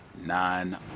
nine